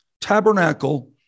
tabernacle